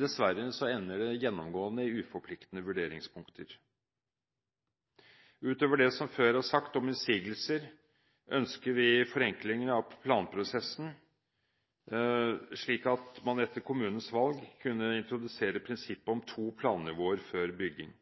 dessverre ender det gjennomgående i uforpliktende vurderingspunkter. Utover det jeg før har sagt om innsigelser, ønsker vi forenkling av planprosessen, slik at man etter kommunens valg kan introdusere prinsippet om to plannivåer før bygging.